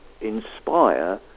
inspire